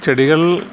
ചെടികൾ